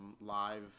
live